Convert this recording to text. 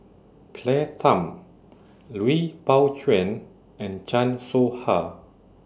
Claire Tham Lui Pao Chuen and Chan Soh Ha